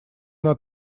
она